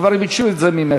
כבר ביקשו את זה ממך.